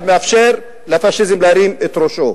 שמאפשר לפאשיזם להרים את ראשו.